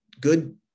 good